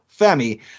Femi